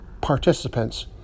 participants